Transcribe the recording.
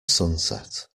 sunset